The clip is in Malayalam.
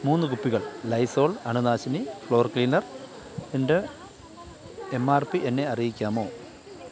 മൂന്ന് കുപ്പികൾ ലൈസോൾ അണുനാശിനി ഫ്ലോർ ക്ലീനർന്റെ എം ആർ പി എന്നെ അറിയിക്കാമോ